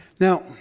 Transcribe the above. Now